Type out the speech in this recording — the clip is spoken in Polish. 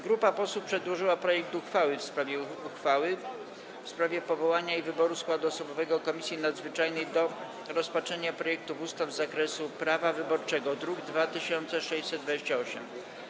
Grupa posłów przedłożyła projekt uchwały o zmianie uchwały w sprawie powołania i wyboru składu osobowego Komisji Nadzwyczajnej do rozpatrzenia projektów ustaw z zakresu prawa wyborczego, druk nr 2628.